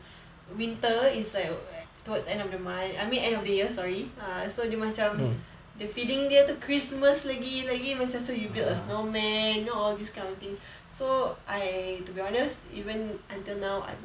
winter is like towards end of the month I mean end of the year sorry err so dia macam the feeling dia to christmas lagi-lagi macam so you build a snowman you know all these kind of things so I I to be honest even until now